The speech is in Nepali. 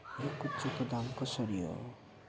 यो कुच्चोको दाम कसरी हो